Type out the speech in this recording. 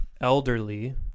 elderly